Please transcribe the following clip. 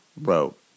wrote